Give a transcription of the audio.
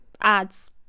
ads